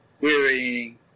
wearying